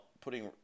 putting